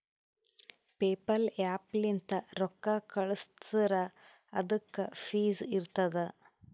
PayPal app ಲಿಂತ್ ರೊಕ್ಕಾ ಕಳ್ಸುರ್ ಅದುಕ್ಕ ಫೀಸ್ ಇರ್ತುದ್